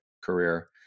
career